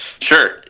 Sure